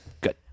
Good